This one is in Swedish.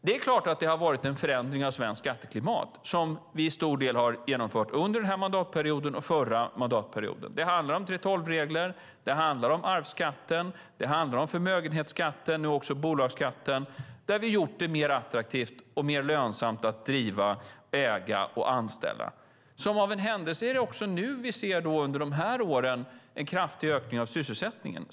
Det är klart att det har varit en förändring av svenskt skatteklimat som vi till stor del har genomfört under denna mandatperiod och under den förra mandatperioden. Det handlar om 3:12-regler, arvsskatten, förmögenhetsskatten och även bolagsskatten där vi har gjort det mer attraktivt och mer lönsamt att driva och äga företag och att anställa. Som av en händelse är det under dessa år som vi ser en kraftig ökning av sysselsättningen.